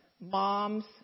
moms